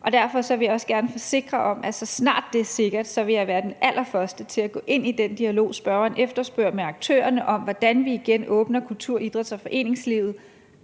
og derfor vil jeg også gerne forsikre om, at så snart det er sikkert, vil jeg være den allerførste til at gå ind i den dialog, som spørgeren efterspørger, med aktørerne, om, hvordan vi igen åbner kultur-, idræts og foreningslivet